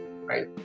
right